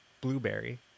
blueberry